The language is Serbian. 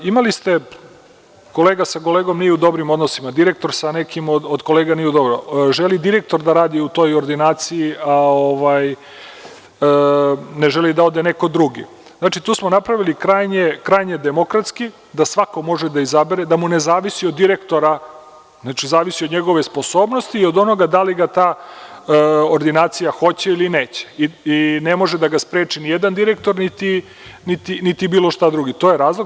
Imali ste kolega sa kolegom nije u dobrim odnosima, direktor sa nekim od kolega nije dobro, želi direktor da radi u toj ordinaciji, ne želi da ode neko drugi, znači tu smo napravili krajnje demokratski da svako može da izabere, da mu ne zavisi od direktora, znači zavisi od njegove sposobnosti i od onoga da li ga ta ordinacija hoće ili neće i ne može da ga spreči ni jedan direktor niti bilo šta drugo, to je razlog.